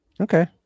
Okay